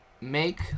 make